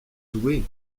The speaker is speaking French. douée